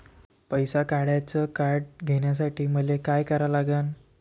पैसा काढ्याचं कार्ड घेण्यासाठी मले काय करा लागन?